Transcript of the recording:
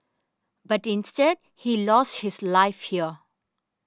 but instead he lost his life here